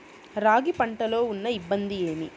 రాగి పంటలో ఉన్న ఇబ్బంది ఏమి?